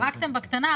זרקתם בקטנה.